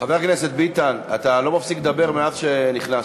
חבר הכנסת ביטן, אתה לא מפסיק לדבר מאז נכנסת.